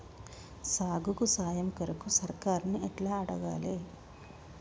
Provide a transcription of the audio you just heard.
సాగుకు సాయం కొరకు సర్కారుని ఎట్ల అడగాలే?